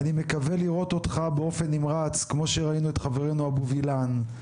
אני מקווה לראות אותך באופן נמרץ כמו שראינו את חברינו אבו וילן.